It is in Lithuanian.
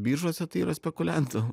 biržose tai yra spekuliantų